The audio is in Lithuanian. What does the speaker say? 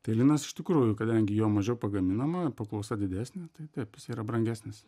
tai linas iš tikrųjų kadangi jo mažiau pagaminama paklausa didesnė tai taip jis yra brangesnis